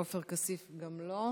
עופר כסיף, גם לא,